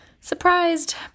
surprised